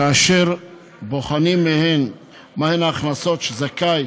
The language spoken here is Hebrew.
כאשר בוחנים מהן ההכנסות שזכאי